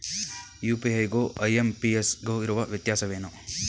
UPI ಗು IMPS ಗು ಇರುವ ವ್ಯತ್ಯಾಸವೇನು?